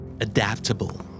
Adaptable